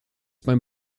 beim